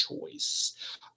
choice